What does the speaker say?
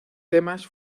temas